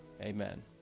Amen